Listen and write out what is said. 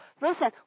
Listen